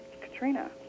Katrina